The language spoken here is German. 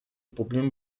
problem